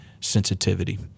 sensitivity